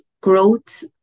growth